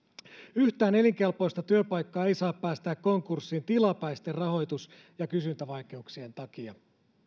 yhtään elinkelpoista työpaikkaa ei saa päästää konkurssiin tilapäisten rahoitus ja kysyntävaikeuksien takia